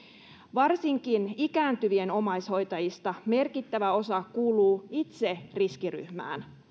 varsinkin ikääntyvien omaishoitajista merkittävä osa kuuluu itse riskiryhmään